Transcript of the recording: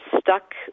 stuck